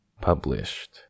published